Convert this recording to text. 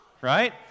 right